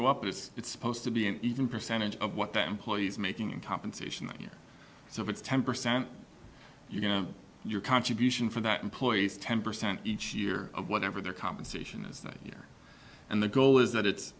go up as it's supposed to be an even percentage of what that employees making in compensation a year so it's ten percent of your contribution for that employees ten percent each year of whatever their compensation is that year and the goal is that it's